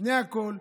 לפני הכול,